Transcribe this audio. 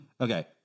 Okay